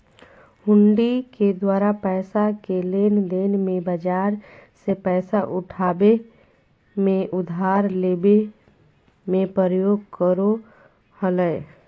हुंडी के द्वारा पैसा के लेनदेन मे, बाजार से पैसा उठाबे मे, उधार लेबे मे प्रयोग करो हलय